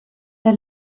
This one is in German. der